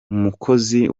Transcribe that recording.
umukozi